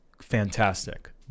fantastic